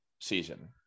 season